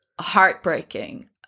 heartbreaking